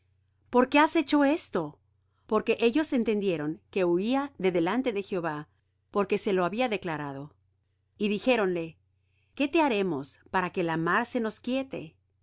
por qué has hecho esto porque ellos entendieron que huía de delante de jehová porque se lo había declarado y dijéronle qué te haremos para que la mar se nos quiete